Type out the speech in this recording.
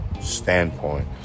standpoint